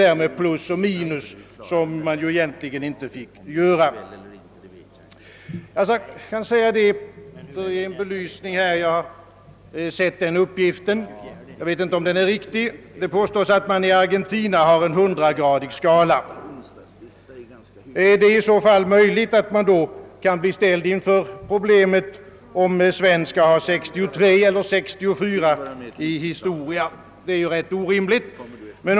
Så tillgrep man såsom en utväg att sätta plus och minus, något som egentligen inte fick göras. Det påstås, att man i Argentina har en hundragradig betygsskala. Jag vet inte om denna uppgift är riktig. I så fall kan man bli ställd inför problemet, om Sven skall ha 63 eller 64 i historia, vilket är ett rätt orimligt avgörande.